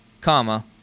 comma